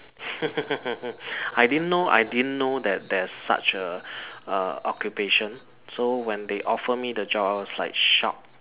I didn't know I didn't know that there's such a a occupation so when they offer me the job I was like shocked